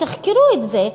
תחקרו את זה,